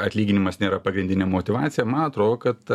atlyginimas nėra pagrindinė motyvacija man atrodo kad